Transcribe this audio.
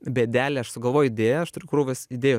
bėdelė aš sugalvoju idėją aš turiu krūvas idėjų